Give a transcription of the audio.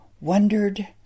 wondered